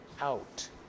out